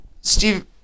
Steve